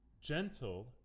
Gentle